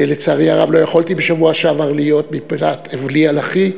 לצערי הרב לא יכולתי בשבוע שעבר להיות מפאת אבלי על אחי,